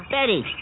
Betty